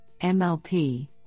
MLP